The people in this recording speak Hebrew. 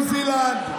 זה קורה בניו זילנד,